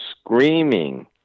screaming